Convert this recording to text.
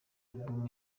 album